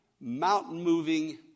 mountain-moving